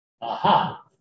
Aha